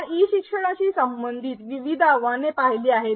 आपण ई शिक्षणाशी संबंधित विविध आव्हाने पाहिली आहेत